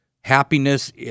happiness